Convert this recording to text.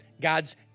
God's